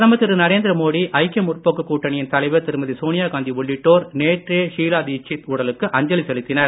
பிரதமர் திரு நரேந்திர மோடி ஐக்கிய முற்போக்கு கூட்டணியின் தலைவர் திருமதி சோனியா காந்தி உள்ளிட்டோர் நேற்றே ஷீலா தீட்சித் உடலுக்கு அஞ்சலி செலுத்தினர்